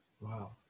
wow